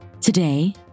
Today